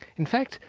in fact,